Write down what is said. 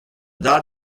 dad